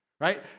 Right